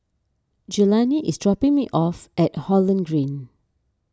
Jelani is dropping me off at Holland Green